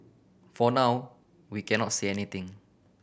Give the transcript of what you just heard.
for now we cannot say anything